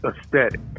aesthetic